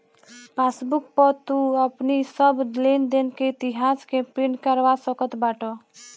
passbook पअ तू अपनी सब लेनदेन के इतिहास के प्रिंट करवा सकत बाटअ